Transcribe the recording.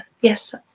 Yes